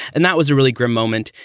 and that was a really grim moment.